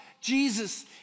Jesus